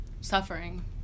suffering